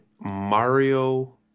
Mario